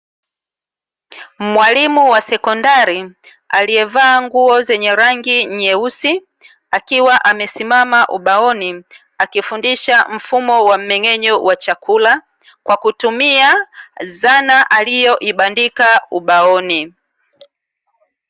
Mwalimu wa sekondari, aliyevaa nguo zenye rangi nyeusi, akiwa amesimama ubaoni, akifundisha mfumo wa mmeng'enyo wa chakula kwa kutumia dhana aliyoibandika ubaoni.